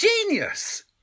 genius